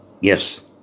Yes